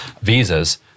visas